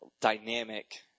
dynamic